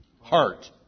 heart